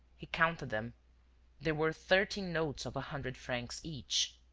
he counted them there were thirteen notes of a hundred francs each.